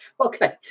okay